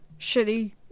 shitty